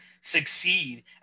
succeed